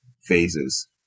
phases